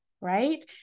right